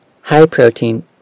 High-protein